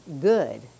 good